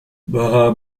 bah